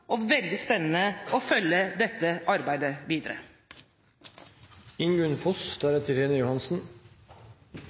og veldig spennende å følge dette arbeidet